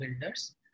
Builders